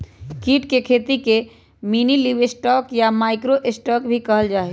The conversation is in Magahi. कीट के खेती के मिनीलिवस्टॉक या माइक्रो स्टॉक भी कहल जाहई